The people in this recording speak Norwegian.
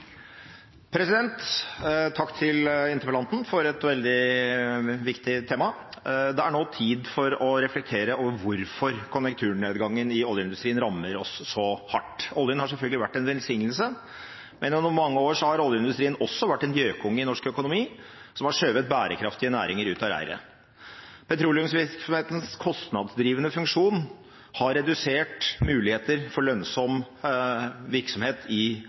Takk til interpellanten for å ta opp et veldig viktig tema. Det er nå tid for å reflektere over hvorfor konjunkturnedgangen i oljeindustrien rammer oss så hardt. Oljen har selvfølgelig vært en velsignelse, men gjennom mange år har oljeindustrien også vært en gjøkunge i norsk økonomi som har skjøvet bærekraftige næringer ut av reiret. Petroleumsvirksomhetens kostnadsdrivende funksjon har redusert muligheten for lønnsom virksomhet